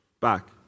back